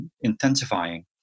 intensifying